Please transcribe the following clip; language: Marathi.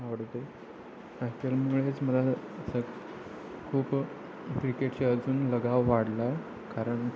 आवडते आय पी एलमुळेच मला सग खूप क्रिकेटचे अजून लगाव वाढला कारण